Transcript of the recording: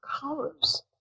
colors